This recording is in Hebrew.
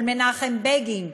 של מנחם בגין,